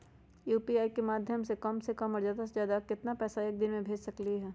UPI के माध्यम से हम कम से कम और ज्यादा से ज्यादा केतना पैसा एक दिन में भेज सकलियै ह?